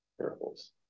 parables